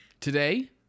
Today